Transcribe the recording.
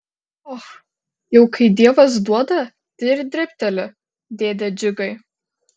och jau kai dievas duoda tai ir dribteli dėde džiugai